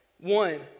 One